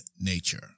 nature